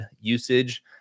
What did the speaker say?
usage